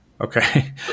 Okay